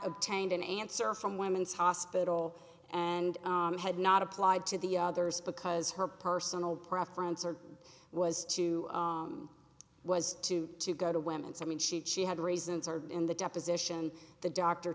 obtained an answer from women's hospital and had not applied to the others because her personal preference or was to was to to go to women so i mean she had she had reasons or in the deposition the doctor